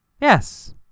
Yes